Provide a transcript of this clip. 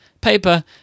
paper